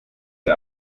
der